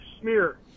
smear